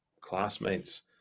classmates